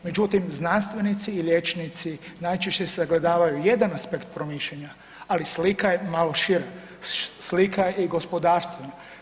Međutim, znanstvenici i liječnici najčešće sagledavaju jedan aspekt promišljanja, ali slika je malo šira, slika i gospodarstveno.